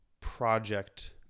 project